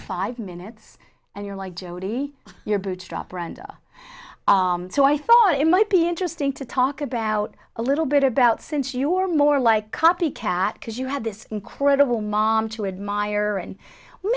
five minutes and you're like jodi you're bootstrap brenda so i thought it might be interesting to talk about a little bit about since you were more like copycat because you had this incredible mom to admire and